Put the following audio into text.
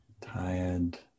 tired